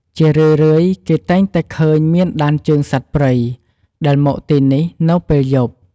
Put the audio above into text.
ជារឿយៗគេតែងតែឃើញមានដានជើងសត្វព្រៃ ដែលមកទីនេះនៅពេលយប់។